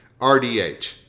RDH